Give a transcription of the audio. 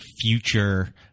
future